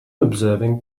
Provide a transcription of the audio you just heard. observing